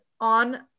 on